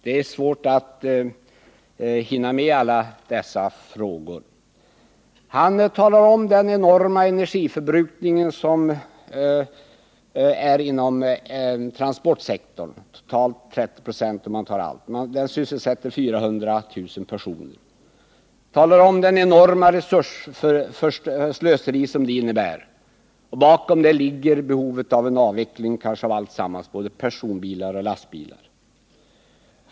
Det är svårt att hinna med alla hans frågor. Han talar om den enorma energiförbrukningen inom transportsektorn och säger att den uppgår till 30 96 av vår totala förbrukning, medan antalet sysselsatta inom denna sektor är 400 000. Bakom hans uttalande ligger kanske ett förment behov av att avveckla alltsammans och då både personbilar och lastbilar.